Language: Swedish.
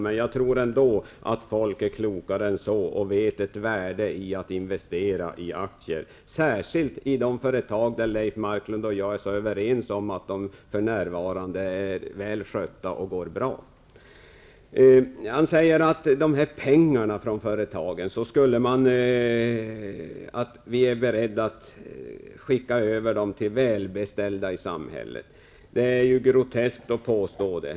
Men jag tror ändå att folk är klokare än så och vet att det finns ett värde i att investera i aktier -- särskilt i de företag beträffande vilka Leif Marklund och jag är så överens om att de för närvarande är väl skötta och går bra. Leif Marklund säger att de här pengarna från företagen skulle vi vara beredda att skicka över till välbeställda i samhället. Det är ju groteskt att påstå det.